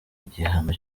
igihano